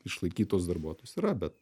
išlaikyt tuos darbuotojus yra bet